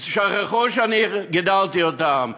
שכחו שאני גידלתי אותם,